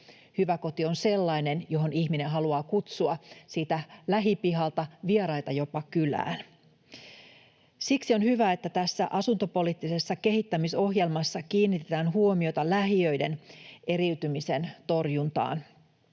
hyvä koti on sellainen, johon ihminen haluaa kutsua siitä lähipihalta vieraita jopa kylään. Siksi on hyvä, että tässä asuntopoliittisessa kehittämisohjelmassa kiinnitetään huomiota lähiöiden eriytymisen torjuntaan.